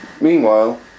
Meanwhile